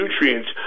nutrients